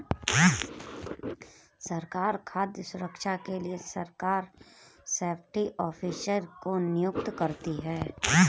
सरकार खाद्य सुरक्षा के लिए सरकार सेफ्टी ऑफिसर को नियुक्त करती है